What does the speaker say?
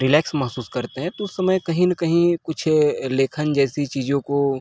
relax महसूस करते हैं तो उस समय कहीं न कहीं कुछ लेखन जैसी चीजों को